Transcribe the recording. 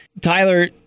Tyler